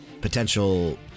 Potential